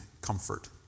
comfort